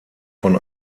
von